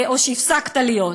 או שהפסקת להיות.